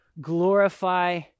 glorify